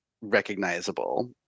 recognizable